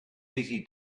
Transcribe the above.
easy